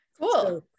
Cool